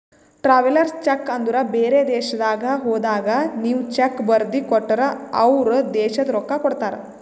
travellers cheque ಅಂದುರ್ ಬೇರೆ ದೇಶದಾಗ್ ಹೋದಾಗ ನೀವ್ ಚೆಕ್ ಬರ್ದಿ ಕೊಟ್ಟರ್ ಅವ್ರ ದೇಶದ್ ರೊಕ್ಕಾ ಕೊಡ್ತಾರ